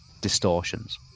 distortions